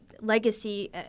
legacy